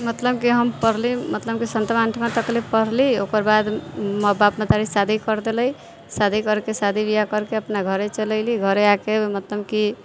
मतलम की हम पढ़ली मतलम की सातमाँ आठमाँ तक लेल पढ़ली ओकरबाद बाप मतारी शादी कर देलै शादी करके शादी बियाह करके अपना घरे चलि अइली घरे आके मतलब की